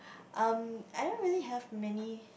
um I don't really have many